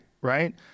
right